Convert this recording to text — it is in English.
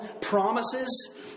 promises